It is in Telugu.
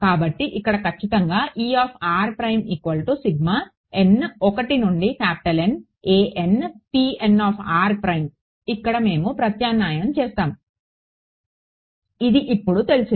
కాబట్టి ఇక్కడ ఖచ్చితంగా ఇక్కడ మేము ప్రత్యామ్నాయం చేస్తాము ఇది ఇప్పుడు తెలిసింది